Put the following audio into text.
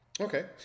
Okay